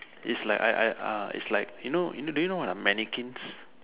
is like I I ah is like you know you know do you know what are mannequins